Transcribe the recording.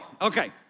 okay